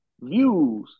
views